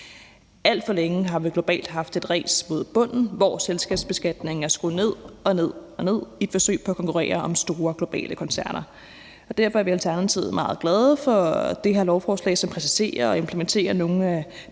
Alt for længe har vi globalt haft et ræs mod bunden, hvor selskabsbeskatningen er skruet ned og ned i et forsøg på at konkurrere om store globale koncerner, og derfor er vi i Alternativet meget glade for det her lovforslag, som præciserer og implementerer nogle af